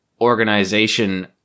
organization